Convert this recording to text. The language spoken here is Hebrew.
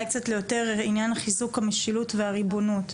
קצת ליותר עניין חיזוק המשילות והריבונות.